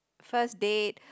first date